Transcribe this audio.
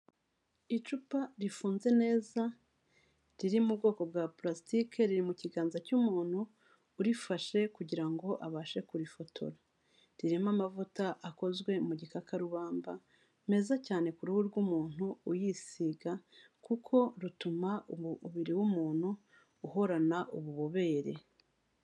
Icupa rifunze neza riri mu bwoko bwa pulasitike riri mu kiganza cy'umuntu urifashe kugira ngo abashe kurifotora ririmo amavuta akozwe mu gikakarubamba meza cyane ku ruhu rw'umuntu uyisiga kuko rutuma umubiri w'umuntu uhorana ububobere.